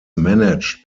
managed